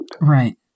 right